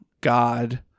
god